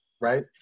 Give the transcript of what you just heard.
right